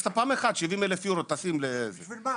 אז פעם אחת תשים 70 אלף יורו --- בשביל מה?